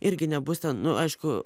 irgi nebus ten nu aišku